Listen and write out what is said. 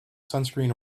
sunscreen